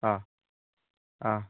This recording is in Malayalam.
ആ ആ